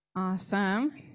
Awesome